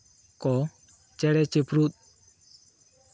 ᱠᱚ ᱪᱮᱬᱮ ᱪᱤᱯᱨᱩᱫ